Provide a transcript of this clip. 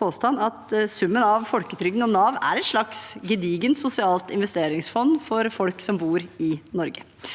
påstand at summen av folketrygden og Nav er et slags gedigent sosialt investeringsfond for folk som bor i Norge.